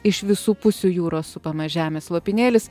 iš visų pusių jūros supamas žemės lopinėlis